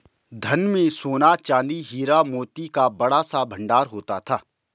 धन में सोना, चांदी, हीरा, मोती का बड़ा सा भंडार होता था